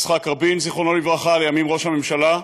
יצחק רבין, זיכרונו לברכה, לימים ראש הממשלה,